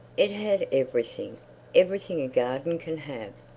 it had everything everything a garden can have,